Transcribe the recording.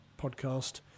podcast